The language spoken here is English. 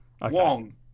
Wong